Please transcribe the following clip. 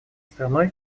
страной